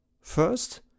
first